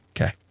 Okay